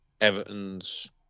Everton's